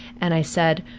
and i said,